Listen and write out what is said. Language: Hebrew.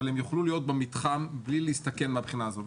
אבל הם יוכלו להיות במתחם בלי להסתכל מהבחינה הזו.